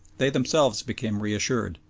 they themselves became reassured,